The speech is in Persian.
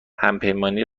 همپیمانی